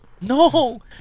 No